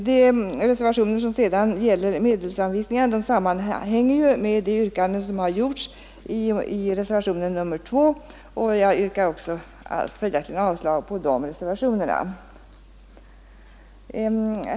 De reservationer som sedan gäller medelsanvisningar sammanhänger ju med de yrkanden som gjorts i reservationen 2, och jag yrkar följaktligen avslag på dessa reservationer.